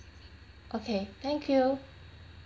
okay thank you